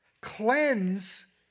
cleanse